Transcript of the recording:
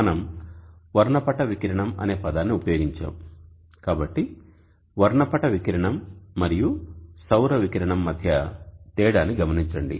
మనం వర్ణపట వికిరణం అనే పదాన్ని ఉపయోగించాము కాబట్టి వర్ణపట వికిరణం మరియు సౌర వికిరణం మధ్య తేడాని గమనించండి